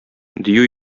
дию